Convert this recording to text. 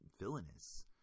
villainous